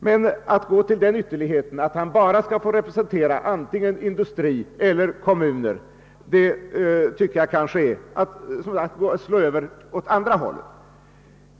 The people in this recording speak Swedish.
Men att gå till den ytterligheten att han bara skall få representera antingen industri eller kommuner tycker jag är att slå över åt andra hållet.